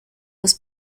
was